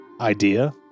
idea